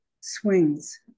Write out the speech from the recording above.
swings